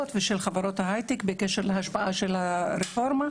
ושל חברות ההיי-טק בקשר להשפעה של הרפורמה,